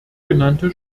genannte